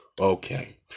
Okay